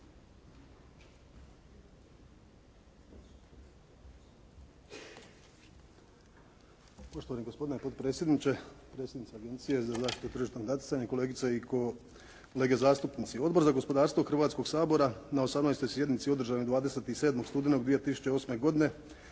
Poštovani gospodine potpredsjedniče, predstavnici Agencije za zaštitu tržišnog natjecanja, kolegice i kolege zastupnici. Odbor za gospodarstvo Hrvatskog sabora na 18. sjednici održane 19. studenog 2008. godine,